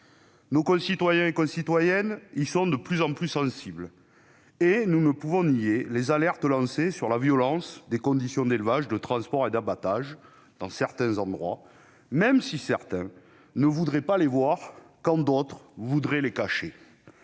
Nos concitoyens et concitoyennes y sont de plus en plus sensibles. Nous ne pouvons nier les alertes lancées sur la violence des conditions d'élevage, de transport et d'abattage dans certains endroits, même si certains ne voudraient pas le voir, quand d'autres voudraient le cacher.